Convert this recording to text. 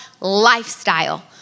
lifestyle